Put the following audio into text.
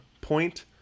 point